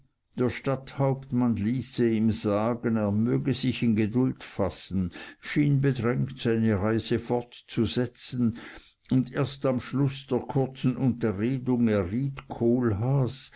der stadthauptmann ließe ihm sagen er möchte sich in geduld fassen schien bedrängt seine reise fortzusetzen und erst am schluß der kurzen unterredung erriet kohlhaas